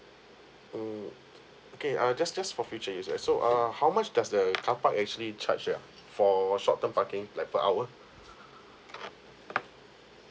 mm okay err just just for future use eh so err how much does the carpark actually charge ah for short term parking like per hour